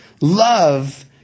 love